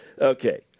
Okay